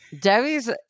Debbie's